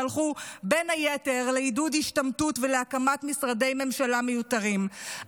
שהלכו בין היתר לעידוד השתמטות ולהקמת משרדי ממשלה מיותרים.